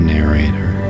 Narrator